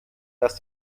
das